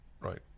right